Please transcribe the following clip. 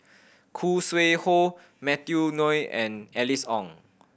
Khoo Sui Hoe Matthew Ngui and Alice Ong